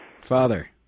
Father